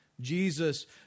Jesus